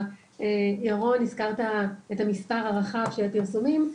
ירון הזכרת את המספר הרחב של הפרסומים,